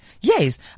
yes